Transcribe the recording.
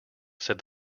said